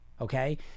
Okay